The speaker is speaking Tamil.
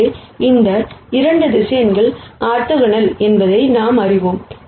எனவே இந்த 2 வெக்டார்கள் ஆர்த்தோகனல் என்பதை நாம் அறிவோம்